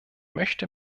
möchte